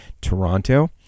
Toronto